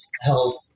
held